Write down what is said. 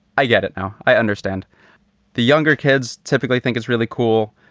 i get it now. i understand the younger kids typically think it's really cool.